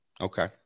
Okay